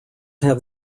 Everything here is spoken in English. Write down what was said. have